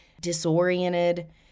disoriented